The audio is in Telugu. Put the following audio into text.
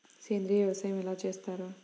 సేంద్రీయ వ్యవసాయం ఎలా చేస్తారు?